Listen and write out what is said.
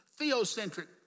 theocentric